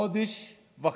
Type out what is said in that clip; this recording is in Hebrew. חודש וחצי.